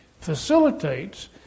facilitates